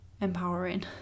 empowering